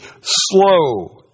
slow